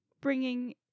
bringing